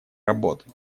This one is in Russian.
работы